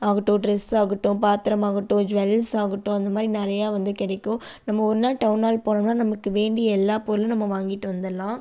ஆகட்டும் ட்ரெஸ் ஆகட்டும் பாத்திரம் ஆகட்டும் ஜுவல்ஸ் ஆகட்டும் அந்தமாதிரி நிறையா வந்து கிடைக்கும் நம்ம ஒருநாள் டவுனால் போனமுன்னா நமக்கு வேண்டிய எல்லா பொருளும் நம்ம வாங்கிட்டு வந்துடலாம்